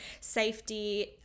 safety